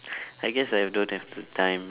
I guess I don't have the time uh